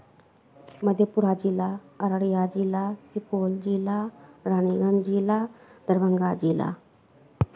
मधेपुरा जिला अररिया जिला सुपौल जिला रानीगंज जिला दरभंगा जिला